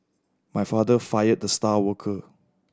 my father fired the star worker